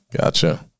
Gotcha